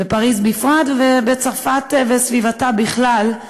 בפריז בפרט ובצרפת ובסביבתה בכלל,